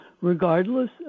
regardless